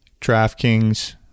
DraftKings